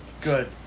Good